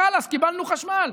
חלאס, קיבלנו חשמל.